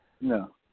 No